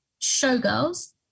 Showgirls